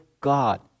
God